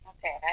Okay